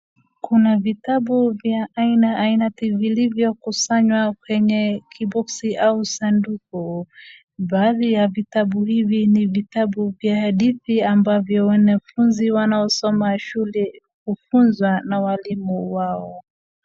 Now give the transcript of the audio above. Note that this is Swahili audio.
Kuna vitabu vya aina ainati vilivyokusanywa kwenye kiboksi au sanduku, baadhi ya vitabu hivi ni vitabu vya hadithi ambavyo wanafunzi wanaosoma shule hufunzwa na walimu wao.